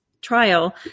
trial